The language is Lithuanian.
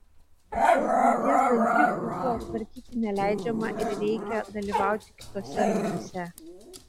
po šios rungties dalyviui pjūklo tvarkyti neleidžiama ir reikia dalyvauti kitose rungtyse